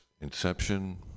inception